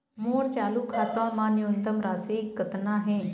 मोर चालू खाता मा न्यूनतम राशि कतना हे?